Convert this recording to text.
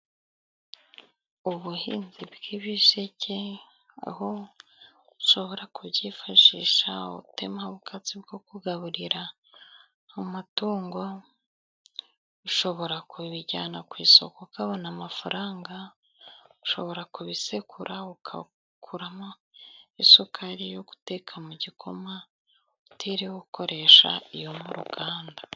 Ubuhinzi bw'ibisheke aho ushobora kubwifashisha utemaho ubwatsi bwo kugaburira umutungo, ushobora kubijyana ku isoko ukabona amafaranga, ushobora kubisekura ugakuramo isukari yo guteka mu gikoma utiriwe ukoresha iyo mu ruganda.